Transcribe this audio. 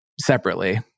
separately